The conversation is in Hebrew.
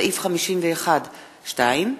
סעיף 51(2),